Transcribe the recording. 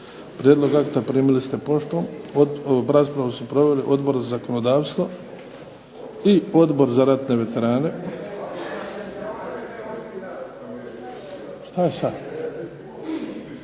Prijedlog akta primili ste poštom, raspravu su proveli Odbor za zakonodavstvo i Odbor za ratne veterane. Izvješća